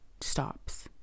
stops